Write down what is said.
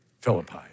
Philippi